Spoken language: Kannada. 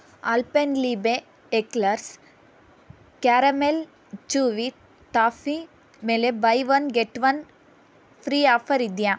Alpenliebe eclairs caramel chewy toffee ಮೇಲೆ buy one get one free ಆಫರಿದೆಯ